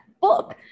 book